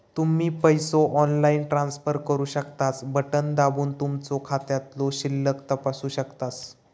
तुम्ही पसो online transfer करू शकतास, बटण दाबून तुमचो खात्यातलो शिल्लक तपासू शकतास